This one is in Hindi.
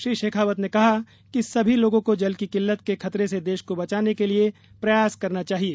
श्री शेखावत ने कहा कि सभी लोगों को जल की किल्लत के खतरे से देश को बचाने के लिए प्रयास करना चाहिए